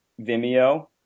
Vimeo